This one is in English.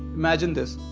imagine this.